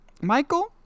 Michael